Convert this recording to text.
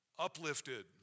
Uplifted